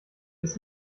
ist